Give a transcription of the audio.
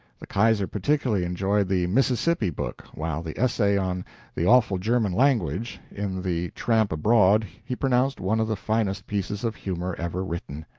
the kaiser particularly enjoyed the mississippi book, while the essay on the awful german language, in the tramp abroad, he pronounced one of the finest pieces of humor ever written.